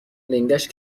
لنگش